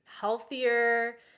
healthier